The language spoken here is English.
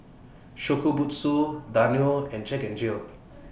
Shokubutsu Danone and Jack N Jill